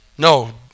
No